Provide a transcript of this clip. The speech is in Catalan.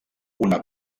una